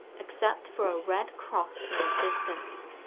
except for a red cross in the distance.